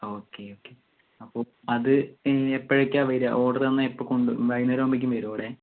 ഒക്കെ ഒക്കെ അപ്പോൾ അത് ഇനി എപ്പോഴൊക്കെയാണ് വരിക ഓർഡർ തന്നാൽ എപ്പോൾ കൊണ്ട് വരും വൈകുന്നേരം ആകുമ്പോളെക്കും വരുമോ ഇവിടെ